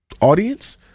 audience